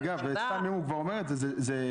אגב, הוא כבר אומר את זה.